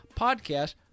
podcast